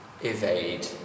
evade